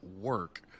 work